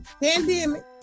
pandemic